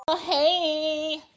hey